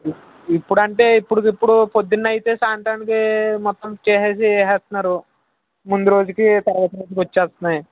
ఇప్పుడంటే ఇప్పటికిప్పుడు పొద్దున్న అయితే సాయంత్రానికి మొత్తం చేసేసి వేసేస్తున్నారు ముందురోజుకి తరవాత రోజుకి వచ్చేస్తున్నాయి